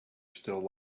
still